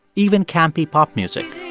even campy pop music